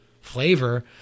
flavor